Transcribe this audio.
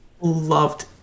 loved